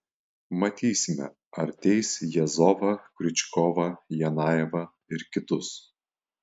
matysime ar teis jazovą kriučkovą janajevą ir kitus